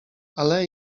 ale